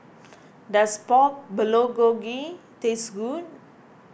does Pork Bulgogi taste good